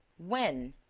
when?